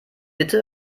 bitte